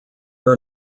are